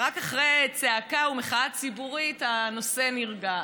רק אחרי צעקה ומחאה ציבורית הנושא נרגע.